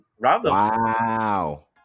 Wow